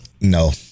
No